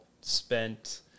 spent